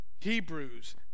Hebrews